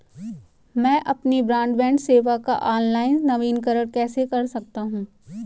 मैं अपनी ब्रॉडबैंड सेवा का ऑनलाइन नवीनीकरण कैसे कर सकता हूं?